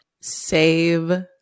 Save